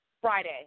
Friday